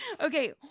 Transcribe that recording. Okay